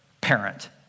parent